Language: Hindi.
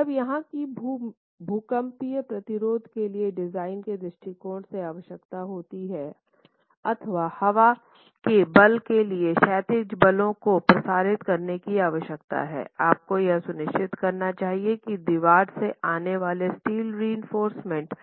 अब जहाँ भी भूकंपीय प्रतिरोध के लिए डिज़ाइन के दृष्टिकोण से आवश्यकता होती है अथवा हवा के बल के लिए क्षैतिज बलों को प्रसारित करने की आवश्यकता है आपको यह सुनिश्चित करना चाहिए कि दीवार से आने वाले स्टील रिइंफोर्समेन्ट